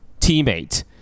teammate